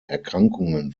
erkrankungen